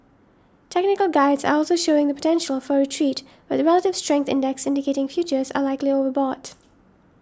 technical guides are also showing the potential for a retreat with relative strength index indicating futures are likely overbought